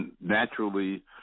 naturally